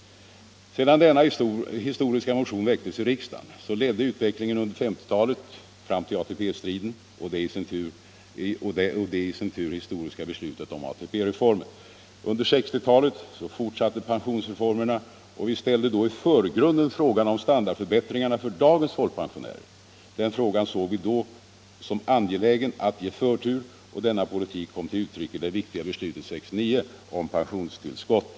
Sedan denna historiska motion väckts i riksdagen ledde utvecklingen under 1950-talet fram till ATP-striden och det i sin tur historiska beslutet om ATP-reformen. Under 1960-talet fortsatte pensionsreformerna, och vi ställde då i förgrunden frågan om standardförbättringar för dagens folkpensionärer. Den frågan såg vi då som angelägen att ge förtur, och denna politik kom till uttryck i det viktiga beslutet 1969 om pensionstillskotten.